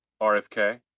RFK